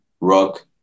rock